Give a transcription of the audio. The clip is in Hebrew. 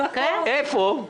איפה?